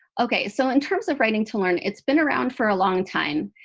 ok, so in terms of writing-to-learn, it's been around for a long time.